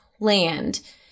land